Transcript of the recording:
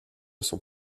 sont